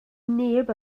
neb